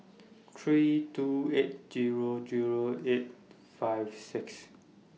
three two eight Zero Zero eight five six